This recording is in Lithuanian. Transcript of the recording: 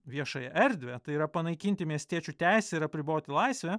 viešąją erdvę tai yra panaikinti miestiečių teisę ir apriboti laisvę